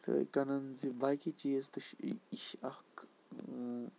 یِتھَے کٔنۍ زِ باقٕے چیز تہِ چھِ یہِ چھِ اکھ